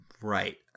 Right